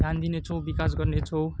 ध्यान दिने छौँ विकास गर्ने छौँ